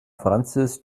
francis